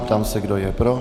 Ptám se, kdo je pro.